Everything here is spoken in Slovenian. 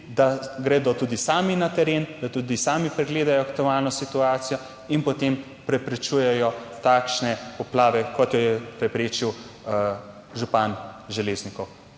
da gredo tudi sami na teren, da tudi sami pregledajo aktualno situacijo in potem preprečujejo takšne poplave, kot jo je preprečil župan Železnikov.